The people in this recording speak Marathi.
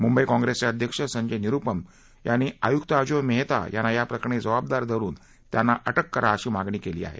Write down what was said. मुंबई काँग्रेसचे अध्यक्ष संजय निरुपम यांनी आय़क्त अजोय मेहता यांना या प्रकरणी जबाबदार धरून त्यांना अटक करा अशी मा णी केली आहे